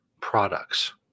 products